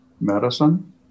medicine